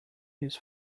his